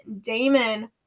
Damon